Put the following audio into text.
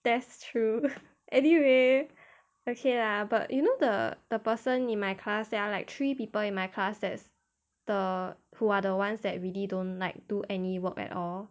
that's true anyway okay lah but you know the the person in my class there are like three people in my class that's the who are the ones that really don't like do any work at all